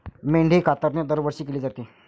मेंढी कातरणे दरवर्षी केली जाते